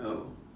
oh